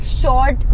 short